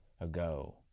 ago